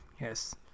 Yes